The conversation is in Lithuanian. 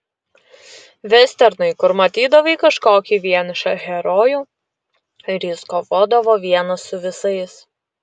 vesternai kur matydavai kažkokį vienišą herojų ir jis kovodavo vienas su visais